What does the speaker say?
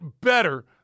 better